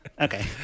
Okay